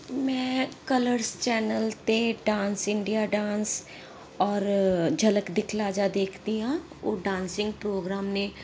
ਮੈਂ Colors channel 'ਤੇ Dance India Dance ਔਰ ਝਲਕ ਦਿਖਲਾਜਾ ਦੇਖਦੀ ਹਾਂ ਉਹ ਡਾਂਸਿੰਗ ਪ੍ਰੋਗਰਾਮ ਨੇ